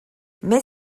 mais